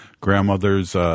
Grandmother's